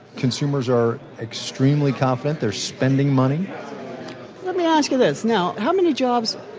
consumers are extremely confident. they're spending money let me ask you this now, how many jobs?